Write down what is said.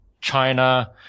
China